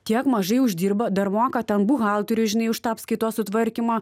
tiek mažai uždirba dar moka ten buhalteriui žinai už tą apskaitos sutvarkymą